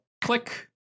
click